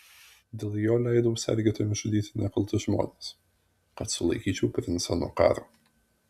dėl jo leidau sergėtojams žudyti nekaltus žmones kad sulaikyčiau princą nuo karo